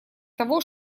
того